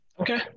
Okay